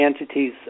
entities